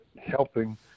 helping